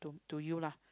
to you lah